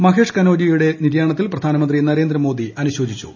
മഹേഷ് കനോഡിയയുടെ നിര്യാണത്തിൽ പ്രധാനമന്ത്രി നരേന്ദ്രമോദി അനുശോചിച്ചു